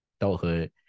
adulthood